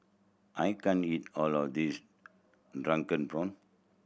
I can't eat all of this drunken prawn